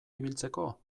ibiltzeko